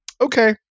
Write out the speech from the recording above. okay